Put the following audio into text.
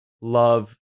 love